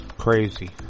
crazy